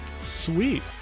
Sweet